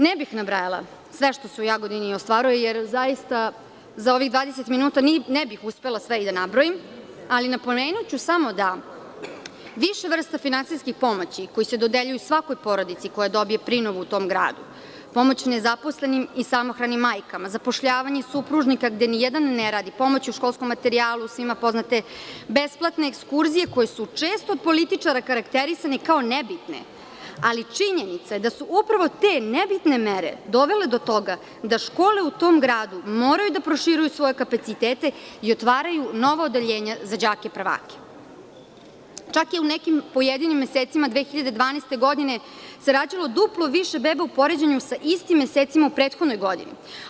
Ne bih nabrajala sve što se u Jagodini ostvaruje, jer za 20 minuta ne bih uspela sve i da nabroji, ali napomenuću samo da više vrsta finansijske pomoći koje se dodeljuju svakoj porodici koja dobije prinovu u tom gradu, pomoć nezaposlenima i samohranim majkama, zapošljavanje supružnika gde nijedan ne radi, pomoć u školskom materijalu, svima poznate besplatne ekskurzije koje su često od političara okarakterisane kao nebitne, ali činjenica da su upravo te nebitne mere dovele do toga da škole u tom gradu moraju da proširuju svoje kapacitete i otvaraju nova odeljenja za đake prvake, čak i u nekim pojedinim mesecima 2012. godine se rađalo duple više beba u poređenju sa istim mesecima u prethodnoj godini.